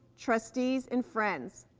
trustees and friends,